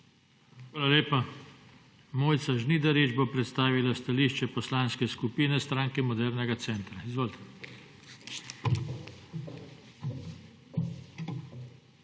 Hvala lepa. Mojca Žnidarič bo predstavila stališča Poslanske skupine Strake modernega centra. Izvolite.